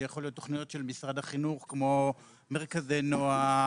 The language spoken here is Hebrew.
זה יכול להיות תוכניות של משרד החינוך כמו מרכזי נוער,